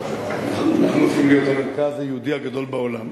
אנחנו הופכים להיות המרכז היהודי הגדול בעולם.